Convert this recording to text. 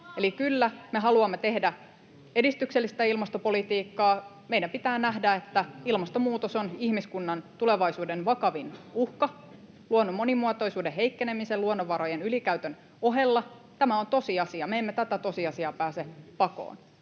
Eli kyllä me haluamme tehdä edistyksellistä ilmastopolitiikkaa. Meidän pitää nähdä, että ilmastonmuutos on ihmiskunnan tulevaisuuden vakavin uhka luonnon monimuotoisuuden heikkenemisen ja luonnonvarojen ylikäytön ohella. Tämä on tosiasia. Me emme tätä tosiasiaa pääse pakoon.